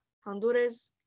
Honduras